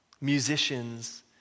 musicians